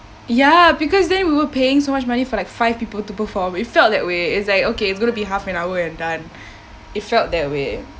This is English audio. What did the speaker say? ya because then we were paying so much money for like five people to put for with it felt that way it's like okay it's gonna be half an hour and done it felt that way